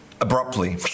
Abruptly